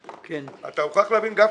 אתה מוכרח להבין גפני.